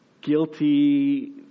guilty